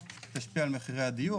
תשפיע על מחירי הדיור.